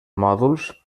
mòduls